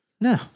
No